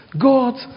God